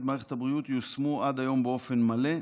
במערכת הבריאות יושמו עד היום באופן מלא.